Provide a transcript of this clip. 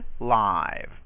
live